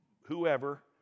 whoever